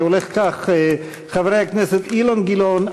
זה הולך כך: חברי הכנסת אילן גילאון,